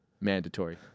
mandatory